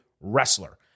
wrestler